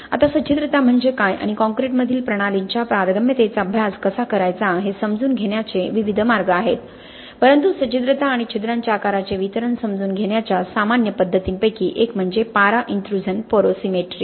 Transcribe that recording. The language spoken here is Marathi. आता सच्छिद्रता म्हणजे काय आणि कॉंक्रिटमधील प्रणालींच्या पारगम्यतेचा अभ्यास कसा करायचा हे समजून घेण्याचे विविध मार्ग आहेत परंतु सच्छिद्रता आणि छिद्रांच्या आकाराचे वितरण समजून घेण्याच्या सामान्य पद्धतींपैकी एक म्हणजे पारा इंत्रुझण पोरोसिमेट्री